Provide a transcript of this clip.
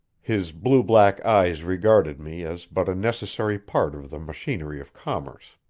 his blue-black eyes regarded me as but a necessary part of the machinery of commerce.